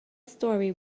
story